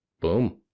Boom